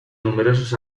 numerosos